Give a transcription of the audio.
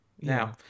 Now